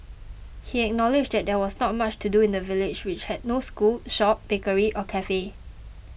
he acknowledged there was not much to do in the village which has no school shop bakery or cafe